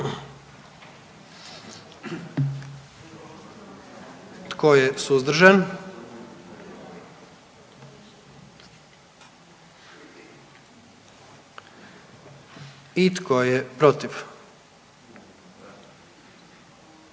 Tko je suzdržan? I tko je protiv?